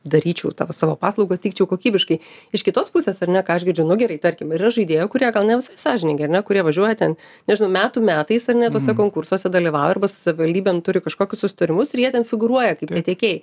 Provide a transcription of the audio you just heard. daryčiau tavo savo paslaugas teikčiau kokybiškai iš kitos pusės ar ne ką aš girdžiu nu gerai tarkim yra žaidėjų kurie gal ne visai sąžiningai ar ne kurie važiuoja ten nežinau metų metais ar ne tuose konkursuose dalyvauja arba su savivaldybėm turi kažkokius susitarimus ir jie ten figūruoja kaip tie tiekėjai